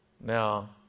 Now